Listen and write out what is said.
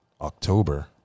October